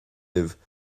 libh